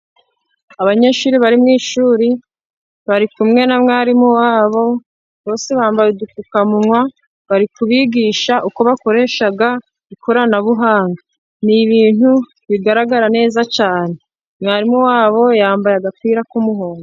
Abanyeshuri bari mu ishuri bari kumwe na mwarimu wabo, bose bambaye udupfukamunwa, bari kubigisha uko bakoresha ikoranabuhanga, ni ibintu bigaragara neza cyane, mwarimu wabo yambaye agapira k'umuhondo.